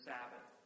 Sabbath